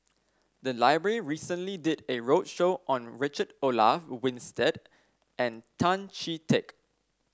the library recently did a roadshow on Richard Olaf Winstedt and Tan Chee Teck